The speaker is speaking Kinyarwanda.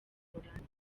buholandi